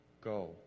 Go